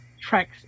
tracks